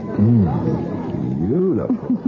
beautiful